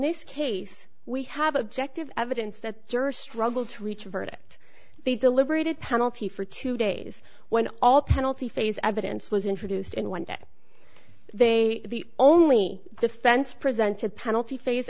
this case we have objective evidence that jurors struggled to reach a verdict they deliberated penalty for two days when all penalty phase evidence was introduced in one day they the only defense presented penalty phase